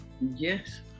Yes